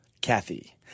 Kathy